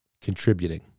contributing